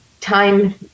time